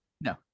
No